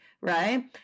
right